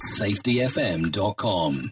safetyfm.com